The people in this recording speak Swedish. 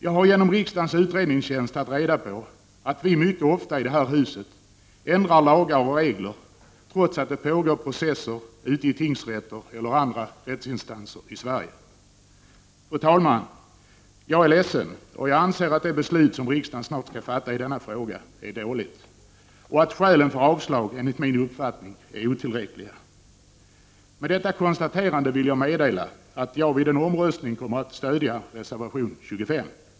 Jag har hos riksdagens utredningstjänst tagit reda på att vi mycket ofta i det här huset ändrar lagar och regler, trots att det pågår processer ute i tingsrätter eller i andra rättsinstanser i Sverige. Fru talman! Jag är ledsen. Jag anser att det beslut som riksdagen snart skall fatta i denna fråga är dåligt och skälen för avslag otillräckliga. Efter detta konstaterande vill jag meddela att jag vid en omröstning kommer att stödja reservation 25.